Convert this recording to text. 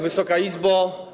Wysoka Izbo!